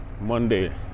Monday